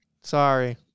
Sorry